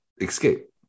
escape